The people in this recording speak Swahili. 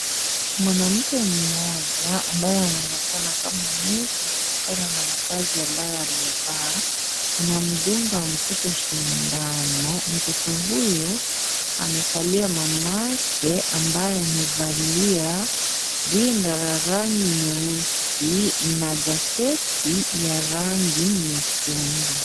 Mwanamke mmoja ambaye anaonekana kama nesi kutokana na mavazi ambayo amevaa anamdunga mtoto sindano, mtoto huyo amekalia mamake ambaye amevalia rinda la rangi nyeusi na jaketi ya rangi nyekundu.